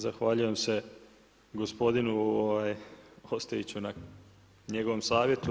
Zahvaljujem se gospodinu Ostojiću na njegovom savjetu.